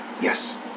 Yes